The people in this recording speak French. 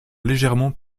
légèrement